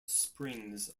springs